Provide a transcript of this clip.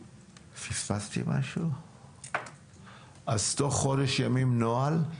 אז תוך חודש ימים נוהל,